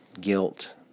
Guilt